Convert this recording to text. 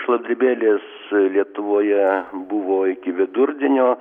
šlabdribėlės lietuvoje buvo iki vidurdienio